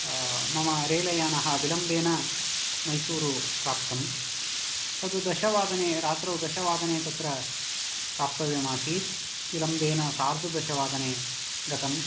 मम रेलयानः विलम्बेन मैसूरु प्राप्तम् तद् दशवादने रात्रौ दशवादने तत्र प्राप्तव्यम् आसीत् विलम्बेन सार्धदशवादने गतम्